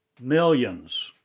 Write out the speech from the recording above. millions